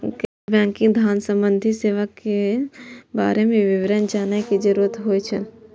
गैर बैंकिंग धान सम्बन्धी सेवा के बारे में विवरण जानय के जरुरत होय हय?